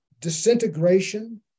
disintegration